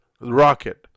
Rocket